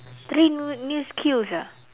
three new new skills ah